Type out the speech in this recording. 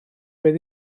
beth